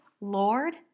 Lord